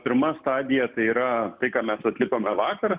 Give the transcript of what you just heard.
pirma stadija tai yra tai ką mes atlikome vakar